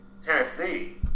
Tennessee